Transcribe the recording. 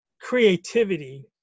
creativity